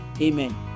Amen